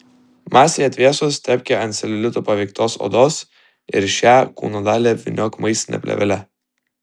masei atvėsus tepk ją ant celiulito paveiktos odos ir šią kūno dalį apvyniok maistine plėvele